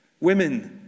Women